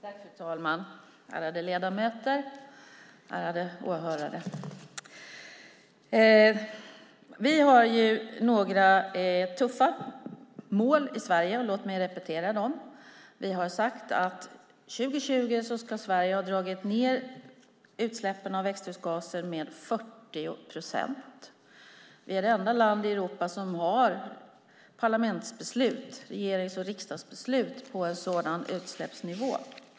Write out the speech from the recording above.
Fru talman! Ärade ledamöter! Ärade åhörare! Vi har några tuffa mål i Sverige. Låt mig repetera dem. Vi har sagt att 2020 ska Sverige ha dragit ned utsläppen av växthusgaser med 40 procent. Vi är än så länge det enda land i Europa som har regerings och riksdagsbeslut på en sådan utsläppsnivå.